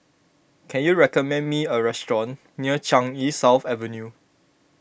can you recommend me a restaurant near Changi South Avenue